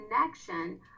connection